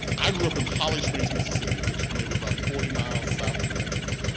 i grew up in holly springs, mississippi which may be about forty miles south of memphis.